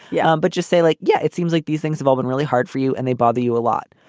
yeah, but just say like, yeah, it seems like these things have all been really hard for you and they bother you a lot.